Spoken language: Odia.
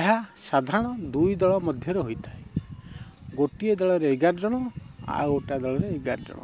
ଏହା ସାଧାରଣ ଦୁଇ ଦଳ ମଧ୍ୟରେ ହୋଇଥାଏ ଗୋଟିଏ ଦଳରେ ଏଗାର ଜଣ ଆଉ ଗୋଟା ଦଳରେ ଏଗାର ଜଣ